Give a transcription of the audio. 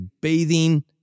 bathing